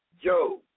Joe